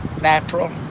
natural